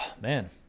man